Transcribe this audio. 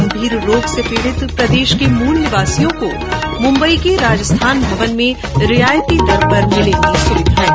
गंभीर रोग से पीड़ित प्रदेश के मूल निवासियों को मुम्बई के राजस्थान भवन में रियायती दर पर मिलेगी सुविधायें